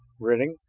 grinning.